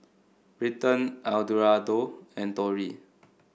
Britton Eduardo and Tori